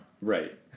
Right